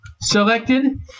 selected